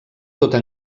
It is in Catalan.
tota